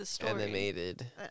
animated